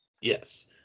Yes